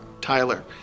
Tyler